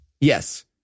Yes